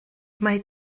mae